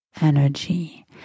energy